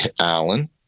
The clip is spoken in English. alan